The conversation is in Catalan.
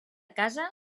casa